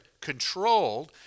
controlled